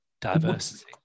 diversity